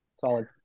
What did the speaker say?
Solid